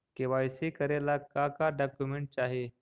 KYC करे ला का का डॉक्यूमेंट चाही?